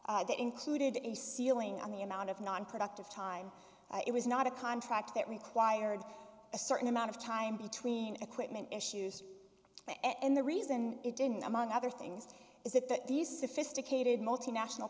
that included a ceiling on the amount of nonproductive time it was not a contract that required a certain amount of time between equipment issues and the reason it didn't among other things is it that these sophisticated multinational